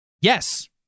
yes